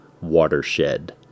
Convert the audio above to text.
watershed